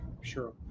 Sure